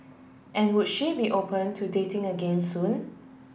and would she be open to dating again soon